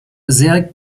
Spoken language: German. sehr